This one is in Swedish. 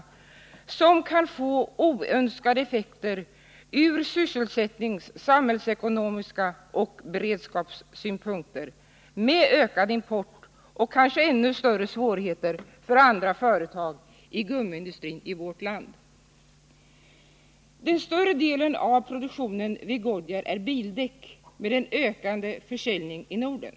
Detta hot kan få oönskade effekter från sysselsättningsoch beredskapssynpunkt samt från samhällsekonomiska synpunkter genom en ökad import, som kanske medför ännu större svårigheter för andra företag inom gummiindustrin i vårt land. Den större delen av produktionen vid Goodyear utgörs av bildäck med en ökande försäljning i Norden.